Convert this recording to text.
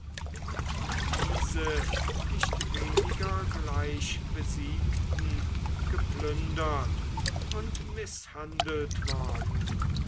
und diese nicht weniger gleich besiegten geplündert und mißhandelt worden